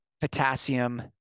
potassium